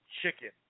chicken